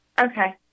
Okay